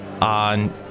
on